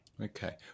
okay